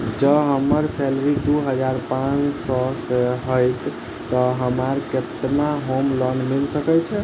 जँ हम्मर सैलरी दु हजार पांच सै हएत तऽ हमरा केतना होम लोन मिल सकै है?